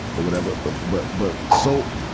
or whatever. but, but but, so,